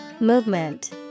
Movement